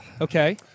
Okay